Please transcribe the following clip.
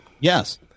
Yes